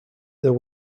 there